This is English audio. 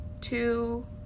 Two